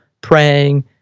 praying